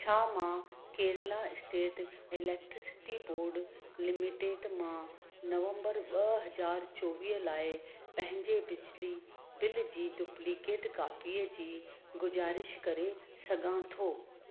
छा मां Kerala state electricity board limited मां नवंबर ॿ हज़ीर चोवीह लाइ पंहिंजे बिजली बिल जी डुप्लीकेट कापीअ जी गुज़ीरिश करे सघां थो